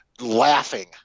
laughing